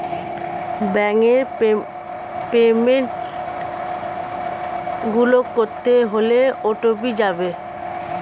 ব্যাংকের পেমেন্ট গুলো করতে হলে ও.টি.পি যাবে